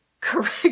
Correct